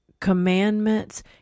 commandments